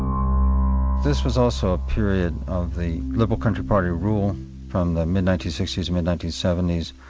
this was also a period of the liberal country party rule from the mid nineteen sixty s, mid nineteen seventy s,